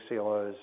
CLOs